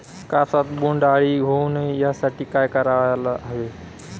कापसात बोंडअळी होऊ नये यासाठी काय करायला हवे?